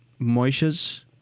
Moishas